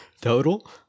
total